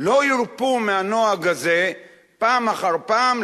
לא הרפו מהנוהג הזה פעם אחר פעם,